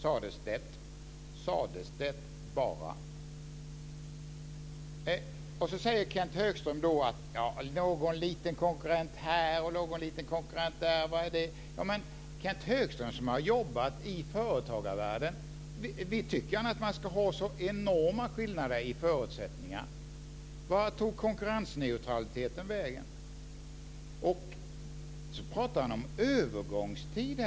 Sades det bara. Så säger Kenth Högström: Någon liten konkurrent här och någon liten konkurrent där, vad betyder det. Men tycker Kenth Högström, som har jobbat i företagarvärlden, att man ska ha så enorma skillnader i förutsättningar? Vart tog konkurrensneutraliteten vägen? Dessutom pratar han om övergångstid.